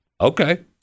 Okay